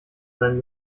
sein